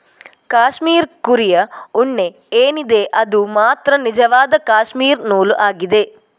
cashmere ಕುರಿಯ ಉಣ್ಣೆ ಏನಿದೆ ಅದು ಮಾತ್ರ ನಿಜವಾದ ಕ್ಯಾಶ್ಮೀರ್ ನೂಲು ಆಗಿದೆ